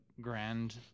grand